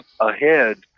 ahead